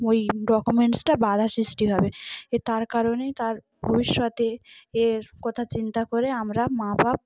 ওই ডকুমেন্টসটা বাধার সৃষ্টি হবে এ তার কারণেই তার ভবিষ্যতে এর কথা চিন্তা করে আমরা মা বাপ